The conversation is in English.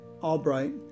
Albright